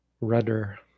rudder